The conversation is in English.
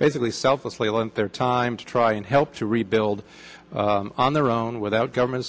basically selflessly lent their time to try and help to rebuild on their own without government